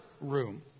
room